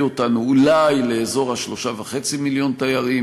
אותנו אולי לאזור ה-3.5 מיליון תיירים,